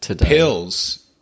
Pills